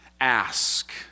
ask